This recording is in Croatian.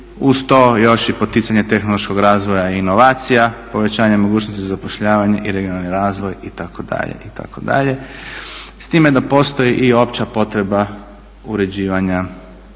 Uz to još i poticanje tehnološkog razvoja i inovacija, povećanje mogućnosti zapošljavanja i regionalni razvoj itd. itd. S time da postoji i opća potreba uređivanja